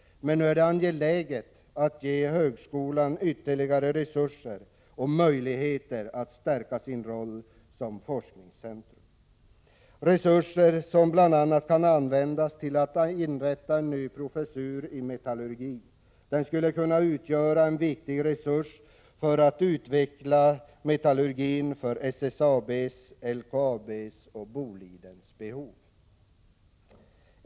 Nu är det angeläget att högskolan ges ytterligare resurser och möjligheter att stärka sin roll som forskningscentrum. Dessa resurser skulle bl.a. kunna användas till att inrätta en ny professur i metallurgi. Den skulle kunna utgöra en viktig tillgång när det gäller att utveckla metallurgin för SSAB:s, LKAB:s och Bolidens behov.